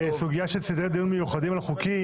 סוגיה של סדרי דיון מיוחדים על חוקים